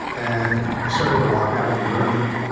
and i started to walk out of the room.